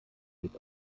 wird